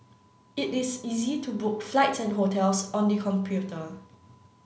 it is easy to book flights and hotels on the computer